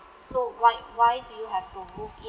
so why why do you have to move in